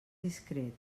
discret